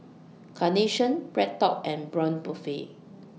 Carnation BreadTalk and Braun Buffel